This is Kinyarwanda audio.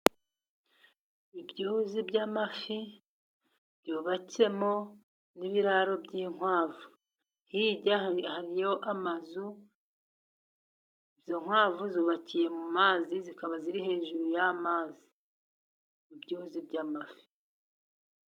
Ibyuzi by'amafi byubatsemo n'ibiraro by'inkwavu, hirya hariyo amazu izo nkwavu zubakiye mu mazi zikaba ziri hejuru y'amazi ibyuzi by'amafi.